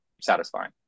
satisfying